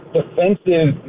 defensive